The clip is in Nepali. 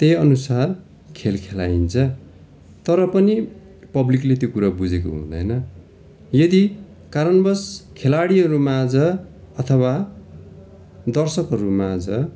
त्यही अनुसार खेल खेलाइन्छ तर पनि पब्लिकले त्यो कुरा बुझेको हुँदैन यदि कारणवश खेलाडीहरू माझ अथवा दर्शकहरू माझ